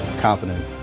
competent